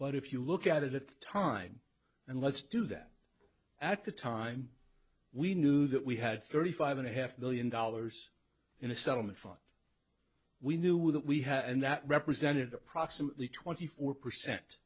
but if you look at it at the time and let's do that at the time we knew that we had thirty five and a half million dollars in a settlement for we knew that we had and that represented approximately twenty four percent